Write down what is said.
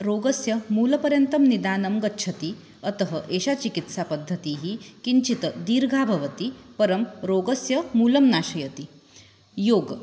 रोगस्य मूलपर्यन्तं निदानं गच्छति अतः एषा चिकित्सापद्धतिः किञ्चित् दीर्घा भवति परं रोगस्य मूलं नाशयति योगः